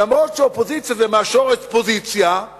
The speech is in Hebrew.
אף-על-פי ש"אופוזיציה" זה מהשורש "פוזיציה";